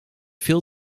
veel